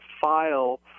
file